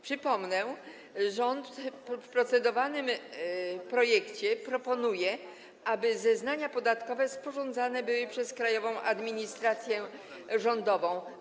Przypomnę: rząd w procedowanym projekcie proponuje, aby zeznania podatkowe sporządzane były przez Krajową Administrację Skarbową.